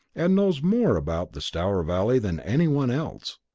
and knows more about the stour valley than any one else.